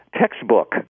textbook